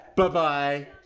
Bye-bye